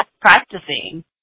practicing